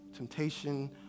Temptation